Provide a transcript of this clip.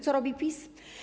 Co robi PiS?